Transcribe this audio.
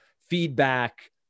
feedback